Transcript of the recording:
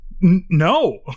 No